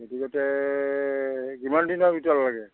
গতিকে তে কিমান দিনৰ ভিতৰত লাগে